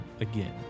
again